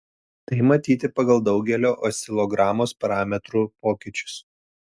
tai matyti pagal daugelio oscilogramos parametrų pokyčius